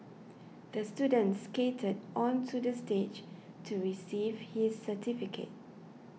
the student skated onto the stage to receive his certificate